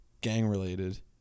gang-related